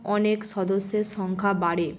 অনেক সদস্যের সংখ্যা বাড়ে